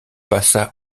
passa